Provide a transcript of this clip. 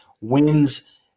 wins